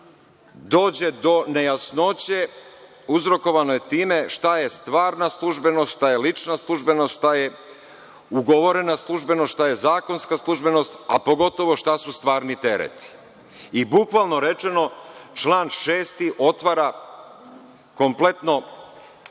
dođe do nejasnoće uzrokovane time šta je stvarna službenost, šta je lična službenost, šta je ugovorena službenost, šta je zakonska službenost, a pogotovo šta su stvarni tereti. Bukvalno rečeno, član 6. otvara kompletno